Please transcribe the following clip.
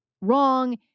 wrong